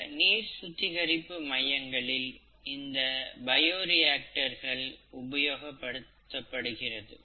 பல நீர் சுத்திகரிப்பு மையங்களில் இந்த பயோரியாக்டர்கள் உபயோகப்படுத்தப்படுகிறது